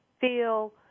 feel